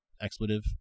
expletive